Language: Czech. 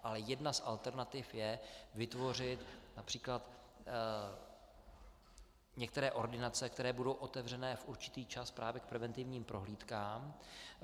Ale jedna z alternativ je vytvořit např. některé ordinace, které budou otevřené v určitý čas právě k preventivním prohlídkám.